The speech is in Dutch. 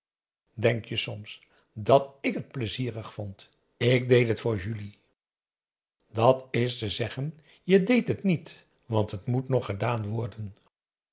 denk je soms dat ik het pleizierig vond ik deed het voor julie dat is te zeggen je deedt het niet want het moet nog gedaan worden